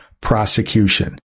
prosecution